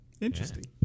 Interesting